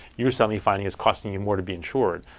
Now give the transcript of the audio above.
you're suddenly finding it's costing you more to be insured.